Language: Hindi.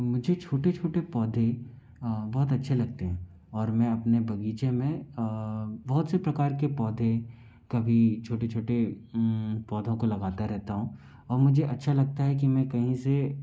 मुझे छोटे छोटे पौधे बहुत अच्छे लगते हैं और मैं अपने बगीचे में बहुत से प्रकार के पौधे कभी छोट छोटे पौधों को लगाते रहता हूँ और मुझे अच्छा लगता है कि मैं कहीं से